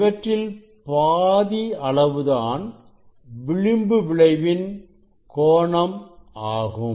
இவற்றில் பாதி அளவு தான் விளிம்பு விளைவின் கோணம் ஆகும்